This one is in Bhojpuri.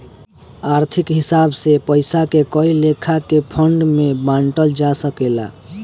आर्थिक हिसाब से पइसा के कए लेखा के फंड में बांटल जा सकेला